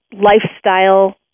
lifestyle